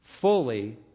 fully